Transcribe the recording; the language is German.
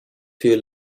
für